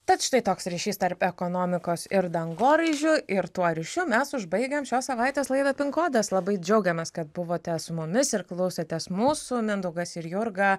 tad štai toks ryšys tarp ekonomikos ir dangoraižių ir tuo ryšiu mes užbaigiam šios savaitės laidą pinkodas labai džiaugiamės kad buvote su mumis ir klausėtės mūsų mindaugas ir jurga